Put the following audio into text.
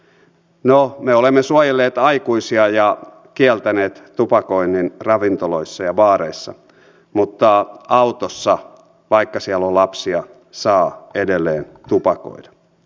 no me olemme suojelleet aikuisia ja kieltäneet tupakoinnin ravintoloissa ja baareissa mutta autossa vaikka siellä on lapsia saa edelleen tupakoida